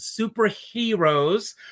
superheroes